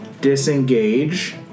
disengage